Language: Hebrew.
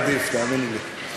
עדיף, תאמיני לי.